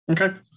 Okay